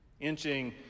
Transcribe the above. Inching